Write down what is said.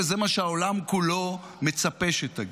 וזה מה שהעולם כולו מצפה שתגיד,